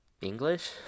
English